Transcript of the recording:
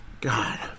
God